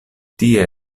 tie